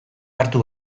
hartu